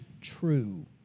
true